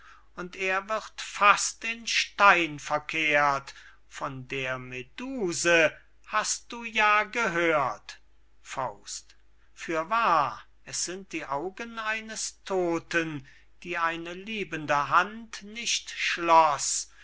und er wird fast in stein verkehrt von der meduse hast du ja gehört fürwahr es sind die augen eines todten die eine liebende hand nicht schloß